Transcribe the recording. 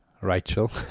Rachel